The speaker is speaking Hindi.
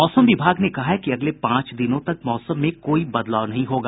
मौसम विभाग ने कहा है कि अगले पांच दिनों तक मौसम में कोई बदलाव नहीं होगा